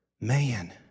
Man